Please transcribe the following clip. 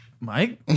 Mike